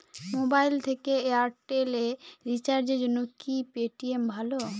Mobile থেকে Airtel এ রিচার্জের জন্য কি পেটিএম ভালো?